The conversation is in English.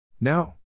No